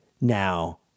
Now